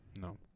No